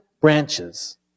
branches